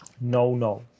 no-no